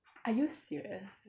are you serious